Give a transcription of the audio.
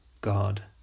God